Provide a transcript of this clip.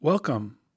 Welcome